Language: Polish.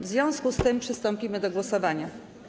W związku z tym przystąpimy do głosowania.